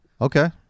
Okay